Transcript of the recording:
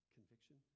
Conviction